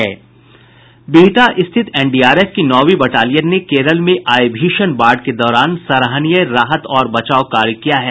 बिहटा स्थित एनडीआरएफ की नौवीं बटालियन ने केरल में आई भीषण बाढ़ के दौरान सराहनीय राहत और बचाव कार्य किया है